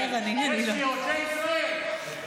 יש יהודי ישראל?